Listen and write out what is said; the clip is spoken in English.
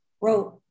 wrote